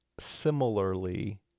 similarly